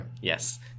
yes